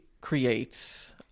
creates